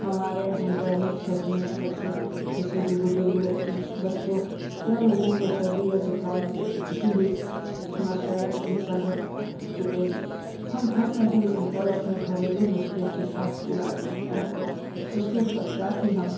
हमारे यहाँ ग्रामीण क्षेत्र में अगर से किसी भी बुज़ुर्ग व्यक्ति बच्चों या लोगों को सर्दी या ज़ुख़ाम जैसी किसी भी समस्याएं उत्पन्न होती हैं तो पहले हम घर में ही उन का अपने घरेलू नुस्ख़े के साथ इलाज करते हैं उस के पश्चात ही हम